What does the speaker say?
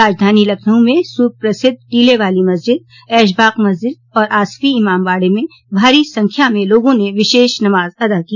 राजधानी लखनऊ में सुप्रसिद्ध टीले वाली मस्जिद ऐशबाग मस्जिद और आसिफी इमामबाड़ा में भारी संख्या में लोगों ने विशेष नमाज अदा की